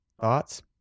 Thoughts